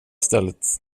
stället